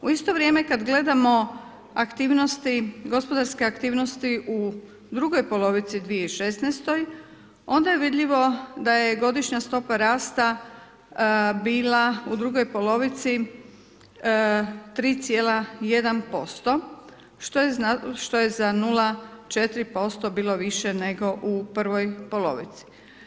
U isto vrijeme, kad gledamo gospodarske aktivnosti u drugoj polovici 2016., onda je vidljivo da je godišnja stopa rasta bila u drugoj polovici 3,1%, što je za 0,4% bilo više nego u prvoj polovici.